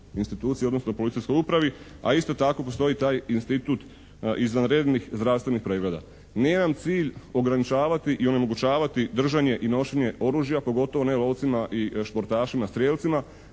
instituciji, odnosno policijskoj upravi. A isto tako postoji taj institut izvanrednih zdravstvenih pregleda. Nije nam cilj ograničavati i onemogućavati držanje i nošenje oružja, pogotovo ne lovcima i športašima strijelcima,